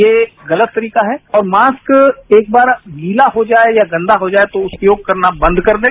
ये गलत तरीका है और मास्क एक बार गीला हो जाए या गंदा हो जाए तो उपयोग करना बंद कर दें